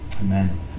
Amen